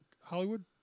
Hollywood